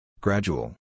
Gradual